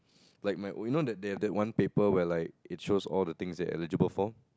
like my you know that that one paper where like it shows all the things that you're eligible for